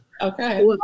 okay